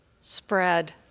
spread